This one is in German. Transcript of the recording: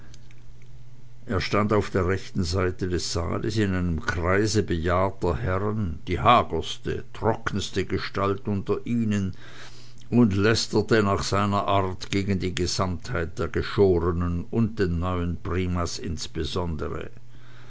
er stand auf der rechten seite des saales in einem kreise bejahrter herren die hagerste trockenste gestalt unter ihnen und lästerte nach seiner art gegen die gesamtheit der geschorenen und den neuen primas